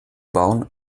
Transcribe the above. bauen